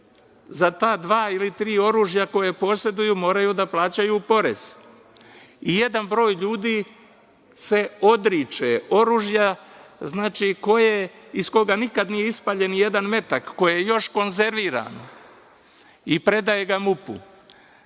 za ta dva ili tri oružja koja poseduju moraju da plaćaju porez. Jedan broj ljudi se odriče oružja iz koga nikad nije ispaljen ni jedan metak, koje je još konzervirano, i predaje ga